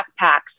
backpacks